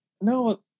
no